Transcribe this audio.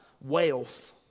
wealth